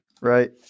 right